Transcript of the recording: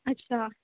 ਅੱਛਾ